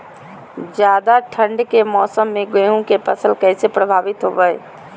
ज्यादा ठंड के मौसम में गेहूं के फसल कैसे प्रभावित होबो हय?